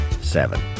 Seven